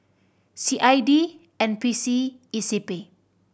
C I D N P C E C P